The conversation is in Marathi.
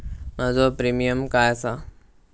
माझो प्रीमियम काय आसा?